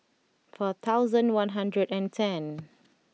four thousand one hundred and ten